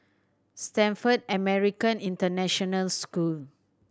Stamford American International School